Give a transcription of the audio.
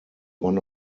one